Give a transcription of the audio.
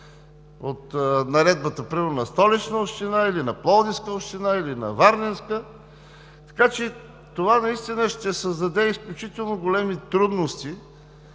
от наредбата примерно на Столична община или на Пловдивска община, или на Варненска община. Така че това наистина ще създаде изключително големи трудности